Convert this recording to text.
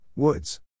Woods